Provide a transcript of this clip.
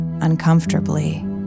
uncomfortably